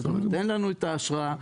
תן לנו את האשרה,